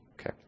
Okay